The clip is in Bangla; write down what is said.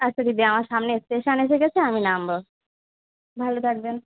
আচ্ছা দিদি আমার সামনে স্টেশান এসে গেছে আমি নামবো ভালো থাকবেন